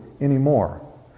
anymore